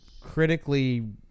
critically